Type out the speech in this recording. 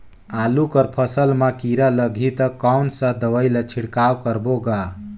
आलू कर फसल मा कीरा लगही ता कौन सा दवाई ला छिड़काव करबो गा?